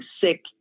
sick